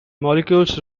molecules